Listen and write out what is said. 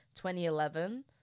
2011